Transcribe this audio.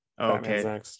okay